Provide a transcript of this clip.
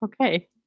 Okay